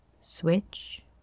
switch